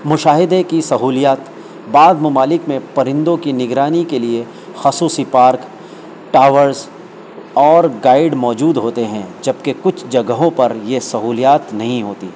مشاہدے کی سہولیات بعض ممالک میں پرندوں کی نگرانی کے لیے خصوصی پارک ٹاورس اور گائیڈ موجود ہوتے ہیں جبکہ کچھ جگہوں پر یہ سہولیات نہیں ہوتی